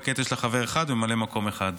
וכעת יש לה חבר אחד וממלא מקום אחד.